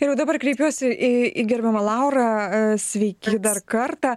ir dabar kreipiuosi į į gerbiamą laurą sveiki dar kartą